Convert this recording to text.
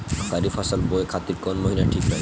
खरिफ फसल बोए खातिर कवन महीना ठीक रही?